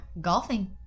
golfing